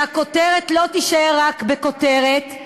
שהכותרת לא תישאר רק כותרת,